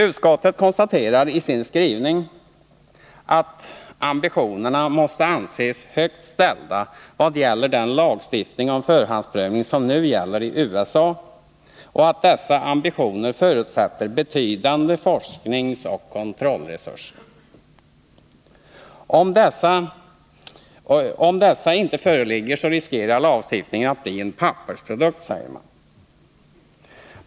Utskottet konstaterar i sin skrivning att ambitionerna måste anses högt ställda vad gäller den lagstiftning om förhandsprövning som nu gäller i USA och att dessa ambitioner förutsätter betydande forskningsoch kontrollresurser. Om dessa inte föreligger, riskerar lagstiftningen att bara bli en pappersprodukt, säger man.